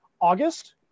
August